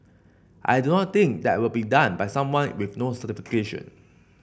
I do not think that will be done by someone with no certification